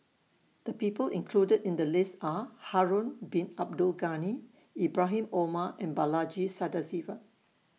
The People included in The list Are Harun Bin Abdul Ghani Ibrahim Omar and Balaji Sadasivan